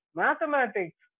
mathematics